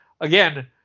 Again